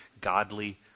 godly